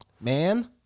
Man